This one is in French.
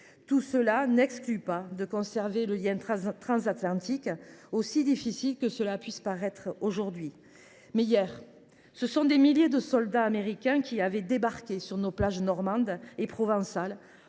Tout cela n’exclut pas de conserver le lien transatlantique, aussi difficile que cela puisse paraître aujourd’hui. N’oublions pas qu’hier ce sont des milliers de soldats américains qui ont débarqué sur nos plages normandes et provençales